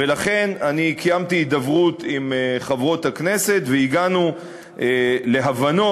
ולכן קיימתי הידברות עם חברות הכנסת והגענו להבנות,